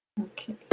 Okay